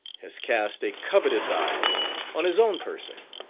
has cast a covetous eye on his own person.